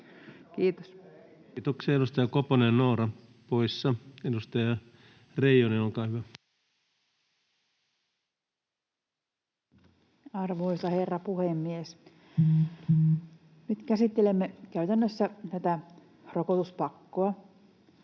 Kiitos. Kiitoksia. — Edustaja Koponen, Noora poissa. — Edustaja Reijonen, olkaa hyvä. Arvoisa herra puhemies! Nyt käsittelemme käytännössä rokotuspakkoa.